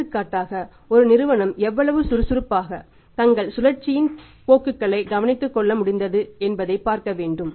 எடுத்துக்காட்டாக ஒரு நிறுவனம் எவ்வளவு சுறுசுறுப்பாக தங்கள் சுழற்சியின் போக்குகளைக் கவனித்துக் கொள்ள முடிந்தது என்பதைப் பார்க்க வேண்டும்